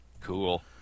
Cool